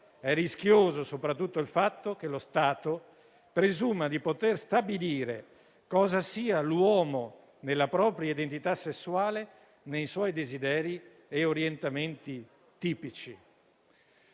È rischioso soprattutto il fatto che lo Stato presuma di poter stabilire cosa sia l'uomo nella propria identità sessuale, nei suoi desideri e orientamenti tipici.